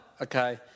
okay